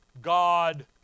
God